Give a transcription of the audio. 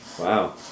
Wow